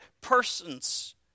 persons